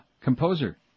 composer